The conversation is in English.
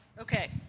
okay